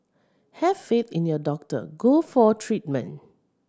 have faith in your doctor go for treatment